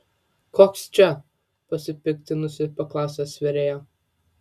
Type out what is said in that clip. koks čia pasipiktinusi paklausė svėrėja